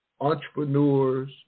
entrepreneurs